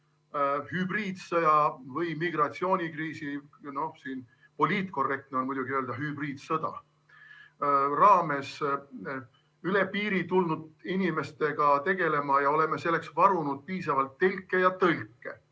hübriidsõja või migratsioonikriisi – poliitkorrektne on muidugi öelda hübriidsõja – raames üle piiri tulnud inimestega tegelema ja oleme selleks varunud piisavalt telke ja tõlke.